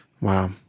Wow